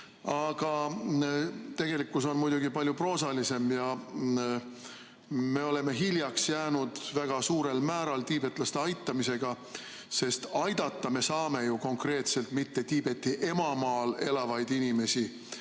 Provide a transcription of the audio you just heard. Aga tegelikkus on muidugi palju proosalisem ja me oleme väga suurel määral hiljaks jäänud tiibetlaste aitamisega, sest aidata me saame ju konkreetselt mitte Tiibeti emamaal elavaid inimesi,